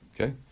Okay